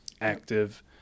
active